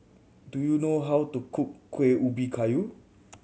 do you know how to cook Kueh Ubi Kayu